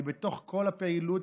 כי בתוך כל הפעילות,